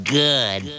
good